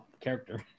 character